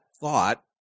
thought